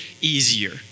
easier